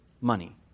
money